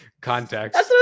context